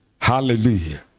Hallelujah